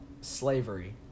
slavery